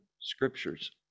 scriptures